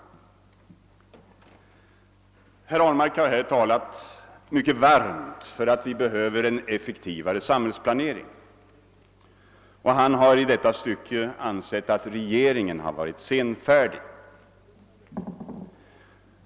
Herr Ahlmark har här talat mycket varmt för behovet av en effektivare samhällsplanering. Han har i detta stycke ansett att regeringen varit senfärdig.